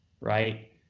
right